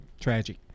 Tragic